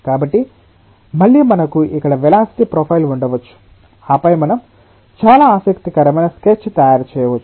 కాబట్టి మళ్ళీ మనకు ఇక్కడ వెలాసిటి ప్రొఫైల్ ఉండవచ్చు ఆపై మనం చాలా ఆసక్తికరమైన స్కెచ్ తయారు చేయవచ్చు